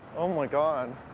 oh, my god.